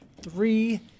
three